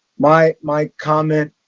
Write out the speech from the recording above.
my my comment